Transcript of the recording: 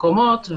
מקומות.